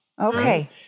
Okay